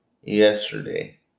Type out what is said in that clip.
yesterday